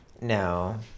No